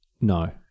No